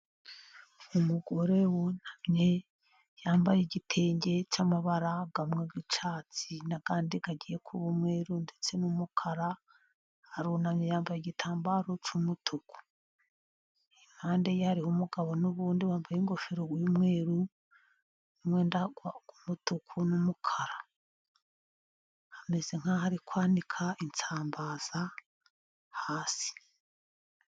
Umugore wunamye yambaye igitenge cy'amabara, amwe y'icyatsi n'andi agiye kuba umweru ndetse n'umukara ,arunamye yambaye igitambaro cy'mutuku, impande ye hari umugabo n'ubundi wambaye ingofero y'umweru, n'umwenda w'umutuku n'umukara ameze nk'uri kwanika insambaza hasi.